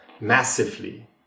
massively